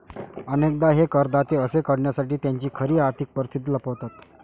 अनेकदा हे करदाते असे करण्यासाठी त्यांची खरी आर्थिक परिस्थिती लपवतात